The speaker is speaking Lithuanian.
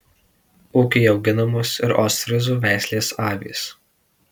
ūkyje auginamos ir ostfryzų veislės avys